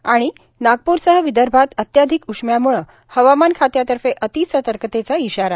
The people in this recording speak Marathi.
आणि नागपूरसह विदर्भात अत्याधिक उष्म्यामुळं हवामान खात्यातर्फे अतिसतर्कतेचा इशारा